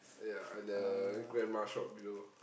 ya at the grandma shop below